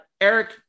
Eric